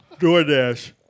DoorDash